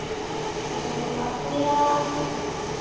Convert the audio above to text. ᱛᱳ ᱟᱯᱮᱭᱟᱜ